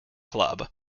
club